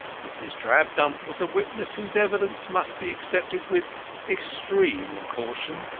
mrs. drabdump was a witness whose evidence must be accepted with extreme caution.